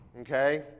Okay